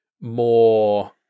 more